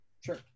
Sure